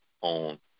on